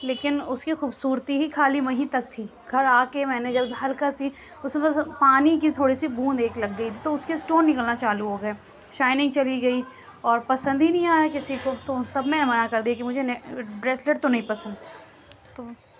لیکن اُس کی خوبصورتی ہی خالی وہیں تک تھی گھر آکے میں نے جب ہلکا سی اُس میں بس پانی کی تھوڑی سی بوند ایک لگ گئی تو اُس کے اسٹون نکلنا چالو ہوگئے شائننگ چلی گئی اور پسند ہی نہیں آیا کسی کو تو سب نے منع کردیا کہ مجھے بریسلیٹ تو نہیں پسند تو